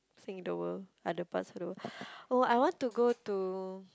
seeing the world other parts of the world oh I want to go to